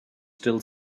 still